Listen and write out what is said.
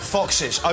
Foxes